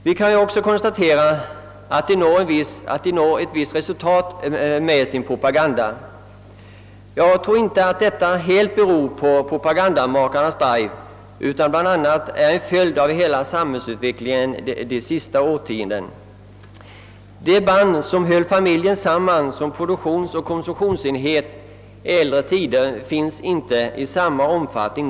Vi kan också konstatera att de når ett visst resultat med sin propaganda. Jag tror inte att detta helt beror på propagandamakarnas drive — bl.a. är det nog en följd även av hela samhällsutvecklingen de senaste årtiondena. I äldre tider hölls familjen samman som en produktionsoch konsumtionsenhet. De banden finns inte numera i samma omfattning.